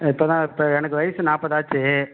ஆ இப்போ தான் இப்போ எனக்கு வயது நாற்பதாச்சி